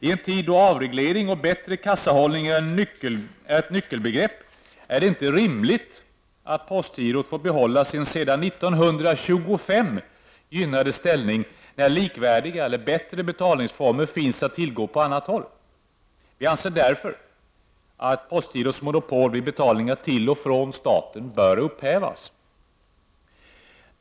I en tid då avreglering och bättre kassahållning är nyckelbegrepp är det inte rimligt att postgirot får behålla sin sedan 1925 gynnade ställning när likvärdiga eller bättre betalningsformer finns att tillgå på annat håll. Vi anser därför att postgirots monopol vid betalningar till och från staten bör upphävas.